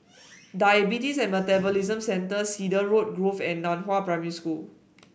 Diabetes and Metabolism Centre Cedarwood Grove and Nan Hua Primary School